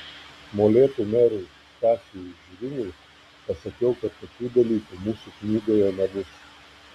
molėtų merui stasiui žviniui pasakiau kad tokių dalykų mūsų knygoje nebus